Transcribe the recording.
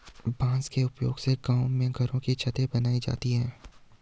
बांस के उपयोग से गांव में घरों की छतें बनाई जाती है